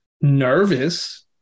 nervous